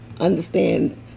understand